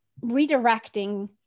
redirecting